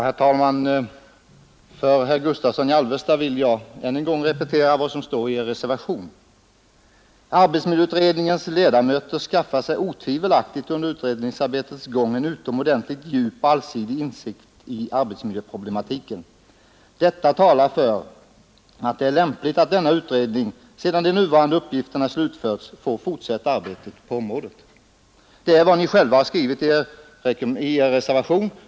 Herr talman! För herr Gustavsson i Alvesta vill jag än en gång repetera vad som står i reservationen 1: ”Arbetsmiljöutredningens ledamöter skaffar sig otvivelaktigt under utredningsarbetets gång en utomordentligt djup och allsidig insikt i arbetsmiljöproblematiken. Detta talar för att det är lämpligt att denna utredning — sedan de nuvarande uppgifterna slutförts — bör få fortsätta arbetet på området.” Detta är vad ni själva har skrivit i er reservation.